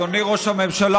אדוני ראש הממשלה,